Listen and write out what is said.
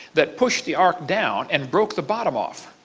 that pushed the ark down and broke the bottom off.